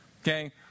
Okay